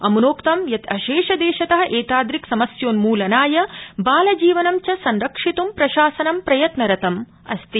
अमुनोक्तं यत् अशेषदेशत एतादृक्समस्योन्मूलनाय बाल जीवनं च संरक्षितुं प्रशासनं प्रयत्नरतमस्ति